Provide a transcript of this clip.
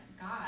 God